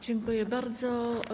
Dziękuję bardzo.